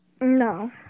No